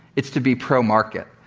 it's to be pro-market.